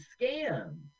scammed